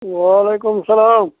وعلیکُم اسلام